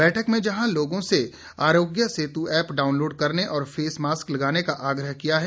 बैठक में जहां लोगों से आरोग्य सेतु ऐप डाउनलोड करने और फेस मास्क लगाने का आग्रह किया है